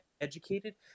educated